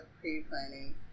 pre-planning